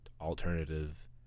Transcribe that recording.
alternative